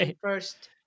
first